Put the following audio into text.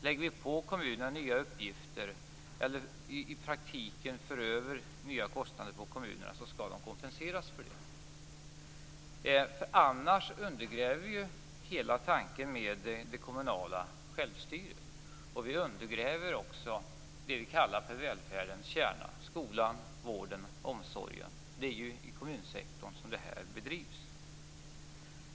Lägger vi på kommunerna nya uppgifter eller för över nya kostnader på kommunerna skall de kompenseras för det. Annars undergräver vi ju det kommunala självstyret. Vi undergräver också det vi kallar välfärdens kärna - skolan, vården, omsorgen. Det är ju i kommunsektorn som den verksamheten bedrivs.